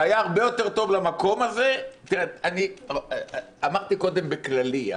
שהיה הרבה יותר טוב למקום הזה אמרתי קודם בכללי,